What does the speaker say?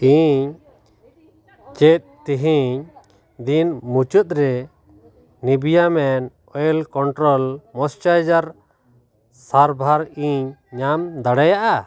ᱤᱧ ᱪᱮᱫ ᱛᱤᱦᱤᱧ ᱫᱤᱱ ᱢᱩᱪᱟᱹᱫ ᱨᱮ ᱱᱮᱵᱤᱭᱟ ᱢᱮᱱ ᱚᱭᱮᱞ ᱠᱚᱱᱴᱨᱚᱞ ᱢᱚᱥᱪᱟᱨᱡᱟᱨ ᱥᱟᱨᱵᱷᱟᱨ ᱤᱧ ᱧᱟᱢ ᱫᱟᱲᱮᱭᱟᱜᱼᱟ